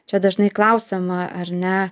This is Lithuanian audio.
čia dažnai klausiama ar ne